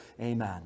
Amen